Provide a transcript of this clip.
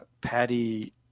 Patty